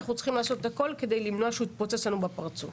אנחנו צריכים לעשות הכול כדי למנוע שהוא יתפוצץ לנו בפרצוף.